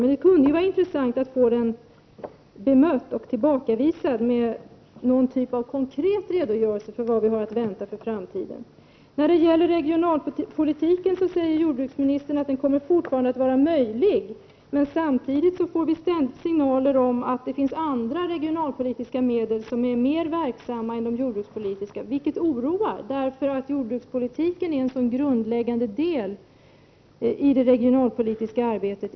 Men det kan vara intressant att få den bemött och tillbakavisad med någon typ av konkret redogörelse för vad vi har att vänta för framtiden. Jordbruksministern säger att regionalpolitiken fortfarande är genomförbar. Samtidigt får vi signaler om att det finns andra regionalpolitiska medel som är mer verksamma inom jordbrukspolitiken. Detta är oroande eftersom jordbrukspolitiken enligt min mening är en så grundläggande del i det regionalpolitiska arbetet.